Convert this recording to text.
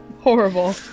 horrible